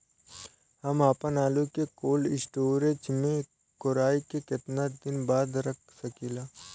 हम आपनआलू के कोल्ड स्टोरेज में कोराई के केतना दिन बाद रख साकिले?